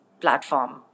platform